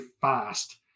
fast